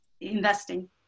investing